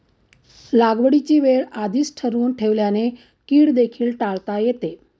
लागवडीची वेळ आधीच ठरवून ठेवल्याने कीड देखील टाळता येते